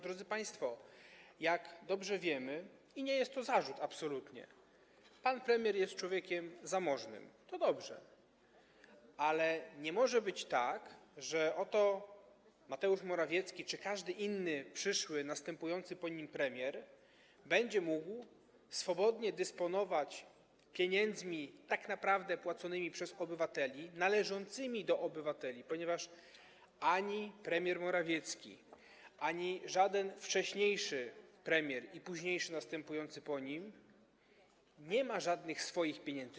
Drodzy państwo, jak dobrze wiemy, i nie jest to absolutnie zarzut, pan premier jest człowiekiem zamożnym, to dobrze, ale nie może być tak, że oto Mateusz Morawiecki czy każdy inny, przyszły, następujący po nim premier będzie mógł swobodnie dysponować pieniędzmi tak naprawdę płaconymi przez obywateli, należącymi do obywateli, ponieważ ani premier Morawiecki, ani żaden wcześniejszy premier i późniejszy, następujący po nim, nie ma żadnych swoich pieniędzy.